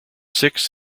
six